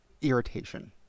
irritation